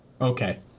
Okay